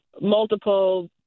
multiple